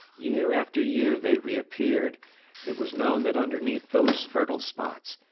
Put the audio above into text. year after year they re-appeared and it was known that underneath those fertile spots,